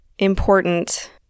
Important